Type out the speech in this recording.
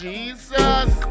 Jesus